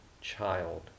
child